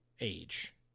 age